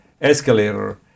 escalator